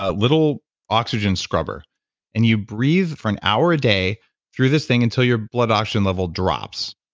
ah little oxygen scrubber and you breathe for an hour a day through this thing until your blood oxygen level drops,